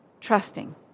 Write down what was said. trusting